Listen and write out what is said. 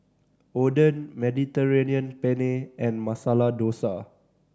Oden Mediterranean Penne and Masala Dosa